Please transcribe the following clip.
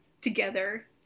together